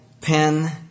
Pen